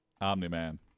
Omni-Man